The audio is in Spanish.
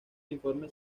informe